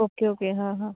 okay okay हां हां